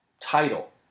title